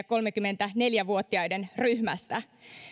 kolmekymmentäneljä vuotiaiden ryhmästä